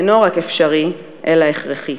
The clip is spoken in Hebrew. אינו רק אפשרי אלא הכרחי.